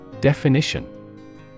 Definition